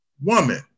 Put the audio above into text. woman